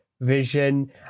vision